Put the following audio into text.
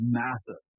massive